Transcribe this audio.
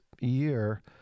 year